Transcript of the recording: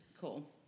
Cool